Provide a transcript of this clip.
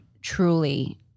truly